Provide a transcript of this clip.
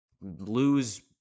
Lose